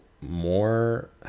more